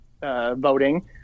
voting